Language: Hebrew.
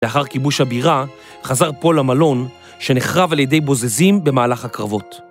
‫לאחר כיבוש הבירה חזר פול למלון ‫שנחרב על ידי בוזזים במהלך הקרבות.